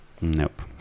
nope